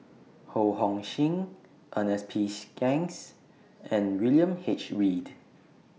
Ho Hong Sing Ernest P Shanks and William H Read